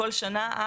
בכל שנה.